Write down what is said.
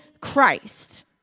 Christ